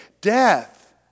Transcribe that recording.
Death